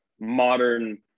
modern